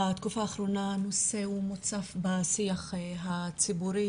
בתקופה האחרונה הנושא מוצף בשיח הציבורי